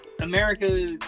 America